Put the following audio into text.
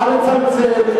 נא לצלצל.